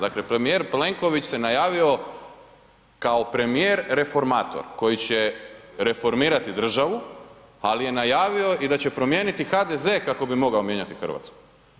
Dakle, premijer Plenković se najavio kao premijer reformator, koji će reformirati državu, ali je najavio i da će promijeniti HDZ kako bi mogao mijenjati Hrvatsku.